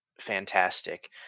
fantastic